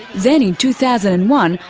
then in two thousand and one,